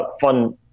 fun